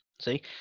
see